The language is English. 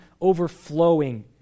overflowing